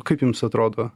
kaip jums atrodo